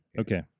okay